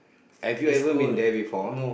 have you ever been there before